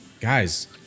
guys